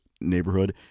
neighborhood